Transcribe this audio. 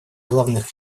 главных